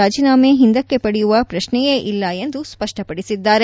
ರಾಜೀನಾಮೆ ಹಿಂದಕ್ಕೆ ಪಡೆಯುವ ಪ್ರಶ್ನೆಯೇ ಇಲ್ಲ ಎಂದು ಸ್ಪಷ್ಟಪಡಿಸಿದ್ದಾರೆ